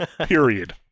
Period